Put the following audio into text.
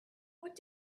what